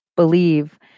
believe